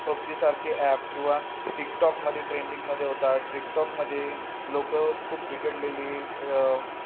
पबजीसारखे app किंवा टिकटॉकमध्ये ट्रेंडिंगमध्ये होतात टिकटॉकमध्ये लोकं खूप बिघडलेली